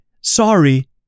Sorry